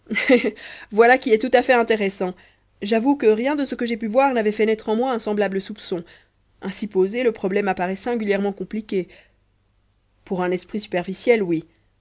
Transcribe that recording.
voilà qui est tout à fait intéressant j'avoue que rien de ce que j'ai pu voir n'avait fait naître en moi un semblable soupçon ainsi posé le problème apparaît singulièrement compliqué pour un esprit superficiel oui